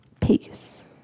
Peace